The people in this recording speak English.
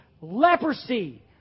leprosy